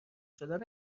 شدن